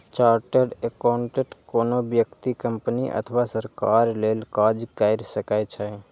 chartered accountant कोनो व्यक्ति, company अथवा सरकार लेल काज कैर सकै छै